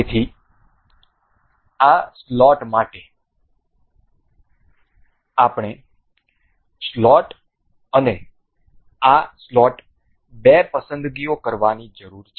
તેથી આ સ્લોટ માટે આપણે સ્લોટ અને આ સ્લોટ બે પસંદગીઓ કરવાની જરૂર છે